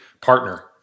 partner